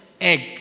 Egg